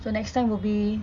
so next time will be